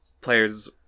players